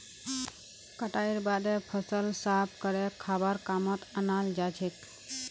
कटाईर बादे फसल साफ करे खाबार कामत अनाल जाछेक